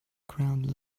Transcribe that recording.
ground